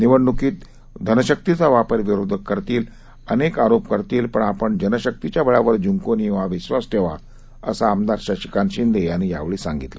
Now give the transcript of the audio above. निवडणुकीतधनशक्तीचावापरविरोधककरतील अनेकआरोपकरतील पणआपणजनशक्तीच्याबळावरजिंकूनयेऊहाविश्वासठेवा असंआमदारशशिकांतशिंदेयांनीयावेळीसांगितलं